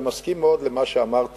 אני מסכים מאוד עם מה שאמרת,